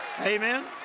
Amen